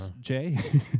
Jay